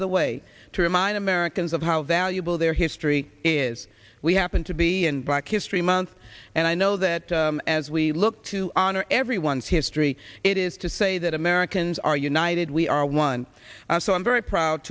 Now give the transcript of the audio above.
of the way to remind americans of how valuable their history is we happen to be in black history month and i know that as we look to honor everyone's history it is to say that americans are united we are one so i'm very proud